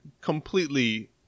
completely